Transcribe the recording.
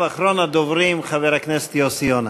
אחריו, אחרון הדוברים, חבר הכנסת יוסי יונה.